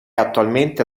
attualmente